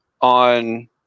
on